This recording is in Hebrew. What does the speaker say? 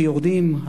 שיורדים,